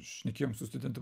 šnekėjom su studentėm